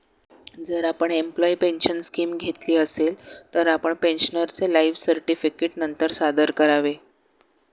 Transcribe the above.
जर आपण employee pension scheme घेतली असेल, तर आपण पेन्शनरचे लाइफ सर्टिफिकेट नंतर सादर करावे